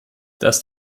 dass